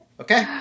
Okay